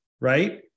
right